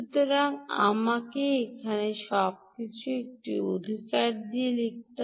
সুতরাং আমাকে এখানে সবকিছু একটি অধিকার লিখুন